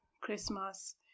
Christmas